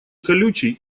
колючий